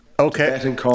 Okay